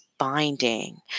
Binding